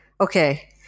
Okay